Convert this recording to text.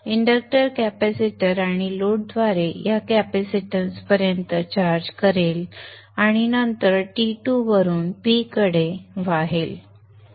inductor capacitor आणि लोडद्वारे या कॅपेसिटन्सपर्यंत चार्ज करेल आणि नंतर T2 वरून P कडे प्रवाहित होईल